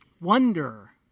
wonder